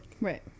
Right